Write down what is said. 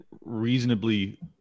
reasonably